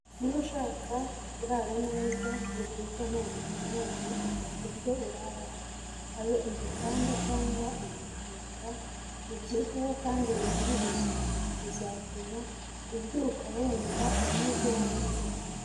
Niba ushaka kurara neza ngo ubyuke nt'amavunane ita kubyo uraraho habe igitanda cyangwa amashuka ubyiteho kandi ubigirire isuku bizatuma ubyuka wumva umeze neza.